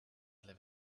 live